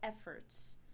efforts